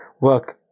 work